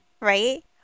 right